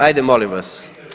Ajde molim vas.